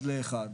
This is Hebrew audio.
היא